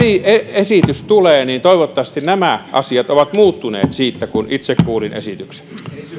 esitys tulee niin toivottavasti nämä asiat ovat muuttuneet siitä kun itse kuulin esityksestä